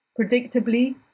Predictably